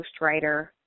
ghostwriter